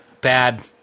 Bad